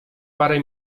parę